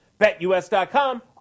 BetUS.com